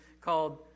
called